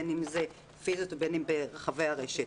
בין אם זה פיזית ובין אם ברחבי הרשת.